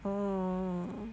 orh